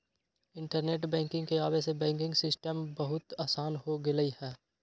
internet banking के आवे से बैंकिंग सिस्टम बहुत आसान हो गेलई ह